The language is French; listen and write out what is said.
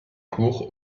cours